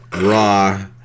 raw